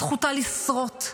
זכותה לסרוט,